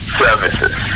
services